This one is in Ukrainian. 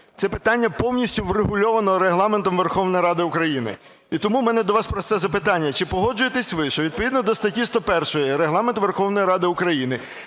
Це питання повністю врегульовано Регламентом Верховної Ради України. І тому в мене до вас просте запитання. Чи погоджуєтесь ви, що відповідно до статті 101 Регламенту Верховної Ради України